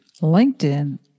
LinkedIn